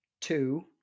Two